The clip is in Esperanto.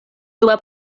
dua